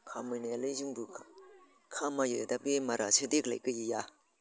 खामायनायालाय जोंबो खामायो दा बेमारासो देग्लाय गैया